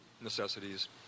necessities